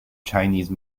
chinese